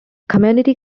community